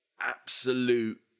absolute